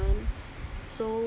then so